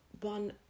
one